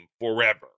forever